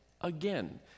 again